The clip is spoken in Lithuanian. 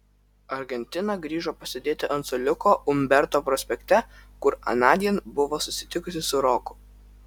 argentina grįžo pasėdėti ant suoliuko umberto prospekte kur anądien buvo susitikusi su roku